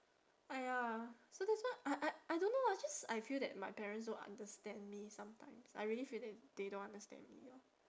!aiya! so that's why I I I don't know ah I just I feel that my parents don't understand me sometimes I really feel that they don't understand me lor